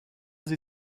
sie